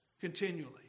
continually